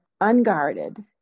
unguarded